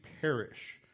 perish